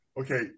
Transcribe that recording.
okay